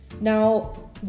Now